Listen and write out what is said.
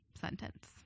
sentence